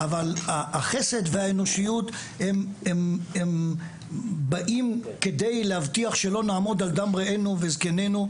אבל החסד והאנושיות הם באים כדי להבטיח שלא נעמוד על דם רעינו וזקננו,